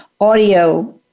Audio